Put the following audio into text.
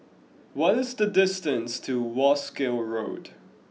what is the distance to Wolskel Road